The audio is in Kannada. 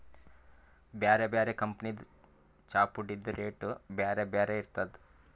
ಬ್ಯಾರೆ ಬ್ಯಾರೆ ಕಂಪನಿದ್ ಚಾಪುಡಿದ್ ರೇಟ್ ಬ್ಯಾರೆ ಬ್ಯಾರೆ ಇರ್ತದ್